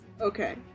Okay